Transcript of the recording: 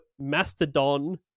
Mastodon